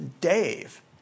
Dave